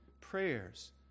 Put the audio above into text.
prayers